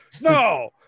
No